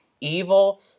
evil